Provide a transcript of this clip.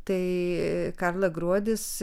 tai karla gruodis